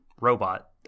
robot